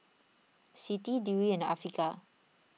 Siti Dewi and Afiqah